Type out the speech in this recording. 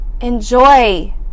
enjoy